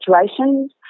situations